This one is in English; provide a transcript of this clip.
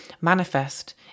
manifest